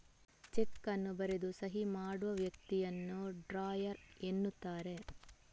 check ಅನ್ನು ಬರೆದು ಸಹಿ ಮಾಡುವ ವ್ಯಕ್ತಿಯನ್ನ ಡ್ರಾಯರ್ ಎನ್ನುತ್ತಾರೆ